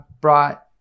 brought